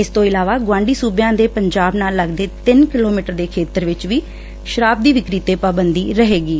ਇਸ ਤੋ ਇਲਾਵਾ ਗੁਆਂਢੀ ਸੁਬਿਆਂ ਦੇ ਪੰਜਾਬ ਨਾਲ ਲੱਗਦੇ ਤਿੰਨ ਕਿਲੋਮੀਟਰ ਦੇ ਖੇਤਰਾਂ ਵਿਚ ਵੀ ਸ਼ਰਾਬ ਦੀ ਵਿਕਰੀ ਤੇ ਪਾਬੰਦੀ ਰਹੇਗੀ